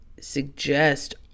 suggest